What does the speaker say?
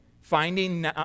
finding